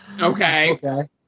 Okay